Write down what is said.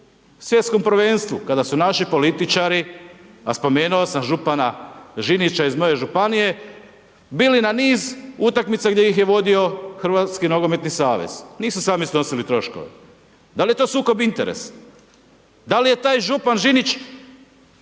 Svjetskom prvenstvu, kada su naši političari, a spomenuo sam župana Žinića iz moje županije, bili na niz utakmica gdje ih je vodio Hrvatski nogometni savez, nisu sami snosili troškove. Da li je to sukob interesa? Da li je taj župan Žinić,